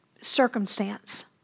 circumstance